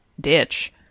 ditch